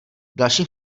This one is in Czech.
dalším